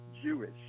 Jewish